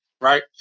Right